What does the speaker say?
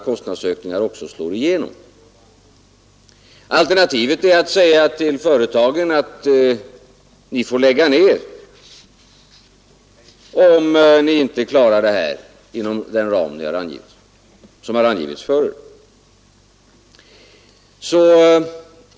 Alternativet är att säga till företagen att de får lägga ner verksamheten, om de inte förmår hålla sig inom den ram som angivits för priserna.